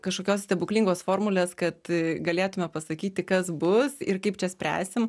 kažkokios stebuklingos formulės kad galėtume pasakyti kas bus ir kaip čia spręsim